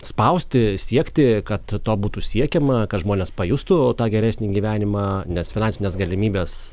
spausti siekti kad to būtų siekiama kad žmonės pajustų tą geresnį gyvenimą nes finansinės galimybės